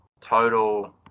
total